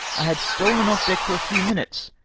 i had stolen off deck for a few minutes,